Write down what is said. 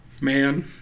man